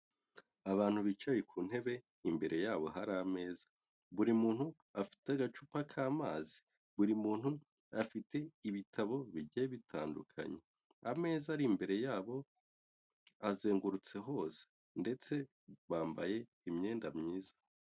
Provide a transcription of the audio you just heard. Abantu bicaye ku ntebe, imbere yabo hari ameza, buri muntu afite agacupa k'amazi, buri muntu afite ibitabo bigiye bitandukanye, ameza ari imbere yabo azengurutse hose, ndetse bambaye imyenda myiza.